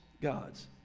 gods